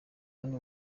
hano